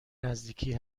نزدیکی